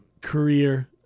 career